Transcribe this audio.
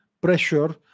pressure